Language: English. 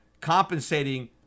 compensating